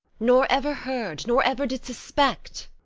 nor ever heard, nor ever did suspect.